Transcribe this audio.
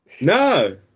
No